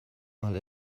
mal